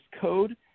code